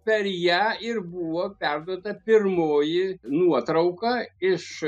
per ją ir buvo perduota pirmoji nuotrauka iš